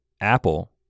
Apple